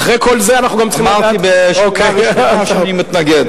אמרתי בשורה הראשונה שאני מתנגד.